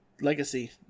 legacy